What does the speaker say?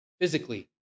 physically